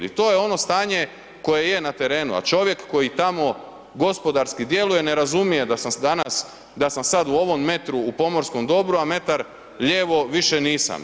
I to je ono stanje koje je na terenu, a čovjek koji tamo gospodarski djeluje ne razumije da sam danas, da sam sad u ovom metru u pomorskom dobru, a metar lijevo više nisam.